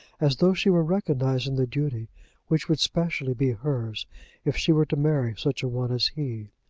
as though she were recognizing the duty which would specially be hers if she were to marry such a one as he.